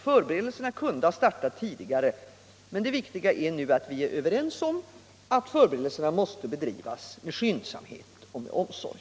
Förberedelserna kunde ha startat tidigare, men det viktiga är nu att vi är överens om att förberedelserna måste bedrivas med skyndsamhet och omsorg.